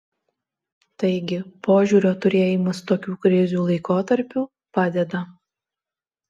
taigi požiūrio turėjimas tokių krizių laikotarpiu padeda